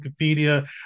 Wikipedia